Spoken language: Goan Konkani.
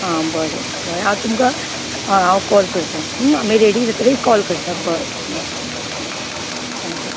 आं बरें हांव तुमकां हय हांव कॉल करता आमी रेडि जातगीर हांव कॉल करता बरें बरें बरें आं बरें